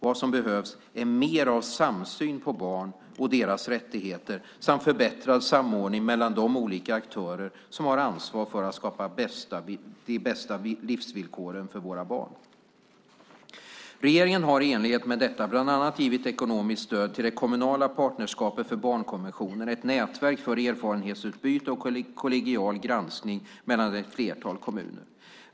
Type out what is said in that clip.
Vad som behövs är mer av samsyn på barn och deras rättigheter samt förbättrad samordning mellan de olika aktörer som har ansvar för att skapa de bästa livsvillkoren för våra barn. Regeringen har i enlighet med detta bland annat gett ekonomiskt stöd till Partnerskap för barnkonventionen - ett kommunalt nätverk för erfarenhetsutbyte och kollegial granskning mellan ett flertal kommuner.